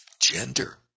gender